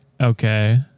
okay